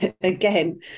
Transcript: Again